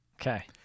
Okay